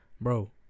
Bro